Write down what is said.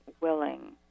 willing